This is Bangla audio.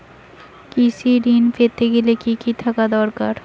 কৃষিঋণ পেতে গেলে কি কি থাকা দরকার?